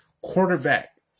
quarterback